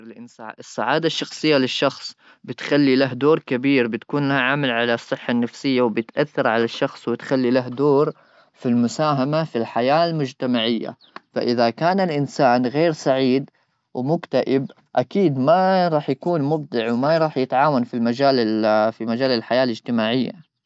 لا طبعا الالات ما تقدر تنتج الفن ,الفن هو ابداع بشري ,لان الفن يحتاج الى عقول مدبره الى اشخاص يفكرون ويخططون الى كتاب ,عشان يكتبون القصص والروايات الجميله اللي تحكي معناه الناس باسلوب ادبي ظريف ,فلازم ما يجوز طبعا من الالات يكون لها دور في الفن انه مستحيل ما نقدر نخلي الالات لها عقل وتفكر مثل الانسان.